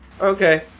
Okay